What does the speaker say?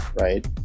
right